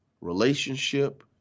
relationship